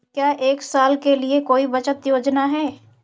क्या एक साल के लिए कोई बचत योजना है?